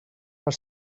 per